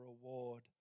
reward